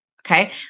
Okay